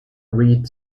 reid